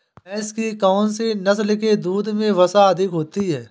भैंस की कौनसी नस्ल के दूध में वसा अधिक होती है?